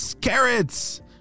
carrots